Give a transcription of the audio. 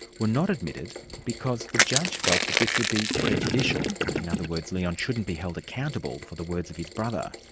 were not admitted because the judge felt that this would be prejudicial. in other words, leon shouldn't be held accountable for the words of his brother.